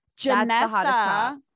Janessa